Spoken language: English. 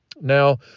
now